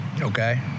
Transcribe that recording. Okay